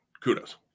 kudos